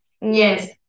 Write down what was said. yes